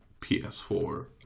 PS4